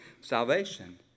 salvation